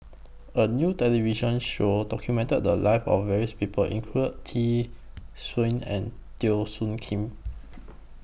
A New television Show documented The Lives of various People include Tee Suan and Teo Soon Kim